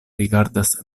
rigardas